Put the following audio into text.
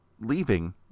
leaving